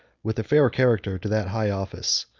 with a fair character, to that high office.